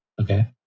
Okay